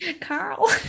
Carl